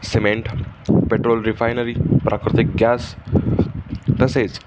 cement petrol refinery प्राकृतिक gas तसेच